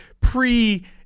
pre